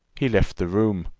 he left the room.